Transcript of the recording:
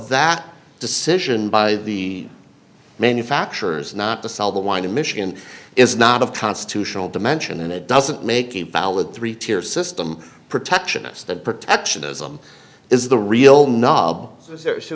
that decision by the manufacturers not to sell the wine in michigan is not a constitutional dimension and it doesn't make a valid three tier system protectionist that protectionism is the real nub